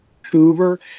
Vancouver